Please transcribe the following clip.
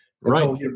Right